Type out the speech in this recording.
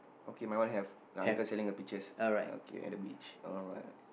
okay my one have the uncle sending the pictures okay at the beach alright